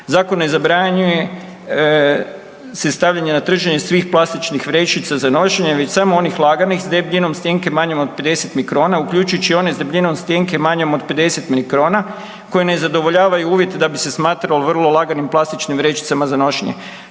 čita, ne razumije se./… se stavljanje na tržište svih plastičnih vrećica za nošenje već samo onih laganih s debljinom stjenke manjom od 50 mikrona uključujući one s debljinom stjenke manjom od 50 mikrona koji ne zadovoljavaju uvjete da bi se smatralo vrlo laganim plastičnim vrećama za nošenje.